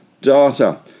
data